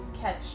Catch